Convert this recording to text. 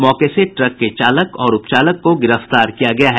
मौके से ट्रक के चालक और उपचालक को गिरफ्तार किया गया है